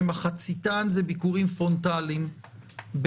שמחציתן הן ביקורים פרונטליים,